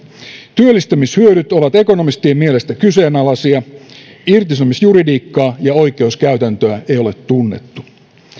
työllistämishyödyt ovat ekonomistien mielestä kyseenalaisia irtisanomisjuridiikkaa ja oikeuskäytäntöä ei ole tunnettu